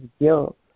guilt